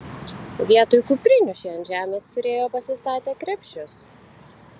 vietoj kuprinių šie ant žemės turėjo pasistatę krepšius